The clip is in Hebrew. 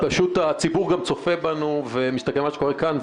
הציבור גם צופה בנו ומסתכל על מה שקורה כאן.